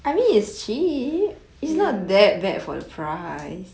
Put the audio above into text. ya